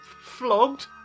flogged